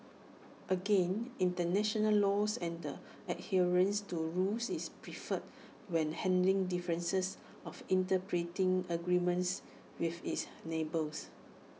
again International laws and the adherence to rules is preferred when handling differences of interpreting agreements with its neighbours